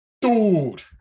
Dude